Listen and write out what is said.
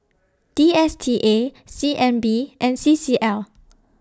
D S T A C N B and C C L